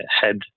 head